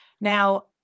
Now